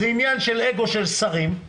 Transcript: זה עניין של אגו של שרים.